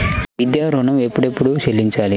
విద్యా ఋణం ఎప్పుడెప్పుడు చెల్లించాలి?